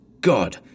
God